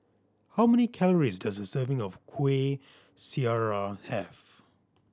how many calories does a serving of Kueh Syara have